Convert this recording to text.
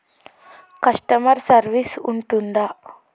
Customer service ఉంటుందా?